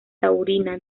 taurina